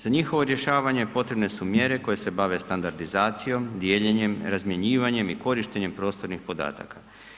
Za njihovo rješavanje potrebne su mjere koje se bave standardizacijom, dijeljenjem, razmjenjivanjem i korištenjem prostornih podataka.